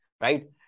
Right